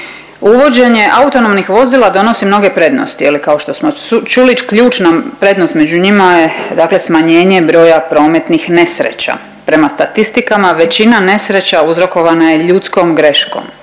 Uvođenje autonomnih vozila donosi mnoge prednosti je li kao što smo čuli ključna prednost među njima je dakle smanjenje broja prometnih nesreća. Prema statistikama većina nesreća uzrokovana je ljudskom greškom